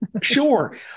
Sure